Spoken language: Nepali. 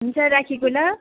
हुन्छ राखेको ल